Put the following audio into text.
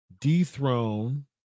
dethrone